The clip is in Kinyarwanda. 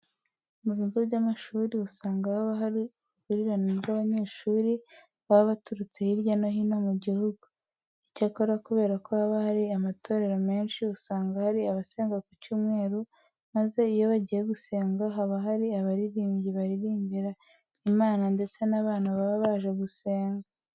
Mu bigo by'amashuri usanga haba hari uruhurirane rw'abanyeshuri baba baraturutse hirya no hino mu gihugu. Icyakora kubera ko haba hari amatorero menshi, usanga hari abasenga ku cyumweru maze iyo bagiye gusenga haba hari abaririmbyi baririmbira Imana ndetse n'abantu baba baje gusenga.